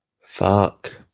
Fuck